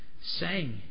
sang